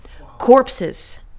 Corpses